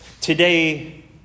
Today